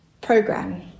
program